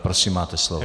Prosím, máte slovo.